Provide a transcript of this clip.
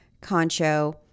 concho